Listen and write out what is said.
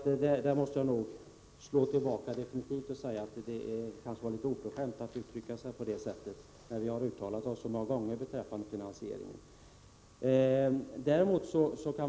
Så där måste jag slå tillbaka och säga att det var oförskämt att yttra sig som Börje Nilsson gjorde, när vi har uttalat oss så många gånger beträffande finansieringen.